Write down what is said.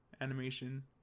animation